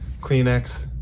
Kleenex